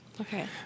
Okay